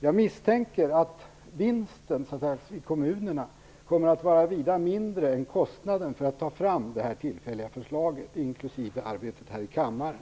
Jag misstänker att vinsten i kommunerna kommer att vara vida mindre än kostnaden för att ta fram detta tillfälliga förslag, inklusive arbetet här i kammaren.